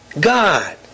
God